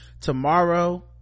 tomorrow